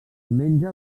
menja